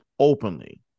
openly